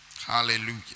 Hallelujah